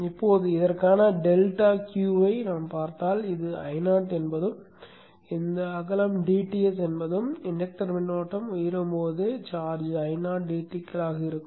இப்போது இதற்கான delta Q ஐக் கண்டால் இது Io என்பதும் இந்த அகலம் dTs என்பதும் இன்டக்டர் மின்னோட்டம் உயரும் போது சார்ஜ் Io dTகளாக இருக்கும்